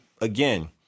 again